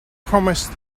promised